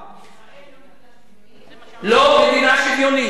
ישראל לא מדינה שוויונית,